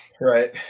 Right